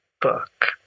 book